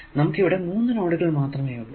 നമുക്ക് ഇവിടെ 3 നോഡുകൾ മാത്രമേ ഉള്ളൂ